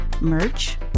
merch